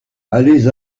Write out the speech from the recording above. allez